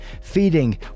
feeding